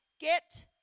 get